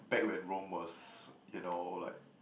back when Rome was you know like